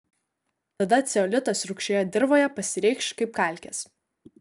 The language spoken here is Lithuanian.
tada ceolitas rūgščioje dirvoje pasireikš kaip kalkės